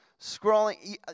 scrolling